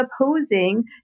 opposing